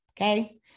Okay